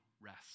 rest